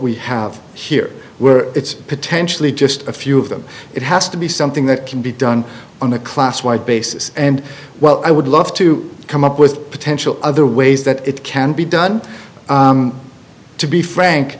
we have here where it's potentially just a few of them it has to it's something that can be done on a class wide basis and well i would love to come up with potential other ways that it can be done to be frank